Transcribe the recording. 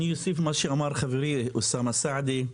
אוסיף על דברי חברי אוסאמה סעדי.